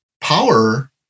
Power